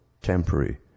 temporary